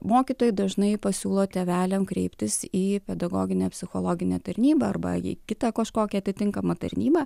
mokytojai dažnai pasiūlo tėveliam kreiptis į pedagoginę psichologinę tarnybą arba į kitą kažkokią atitinkamą tarnybą